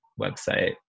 website